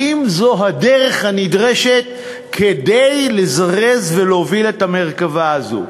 האם זו הדרך הנדרשת כדי לזרז ולהוביל את המרכבה הזאת?